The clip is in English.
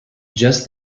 just